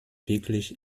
wirklich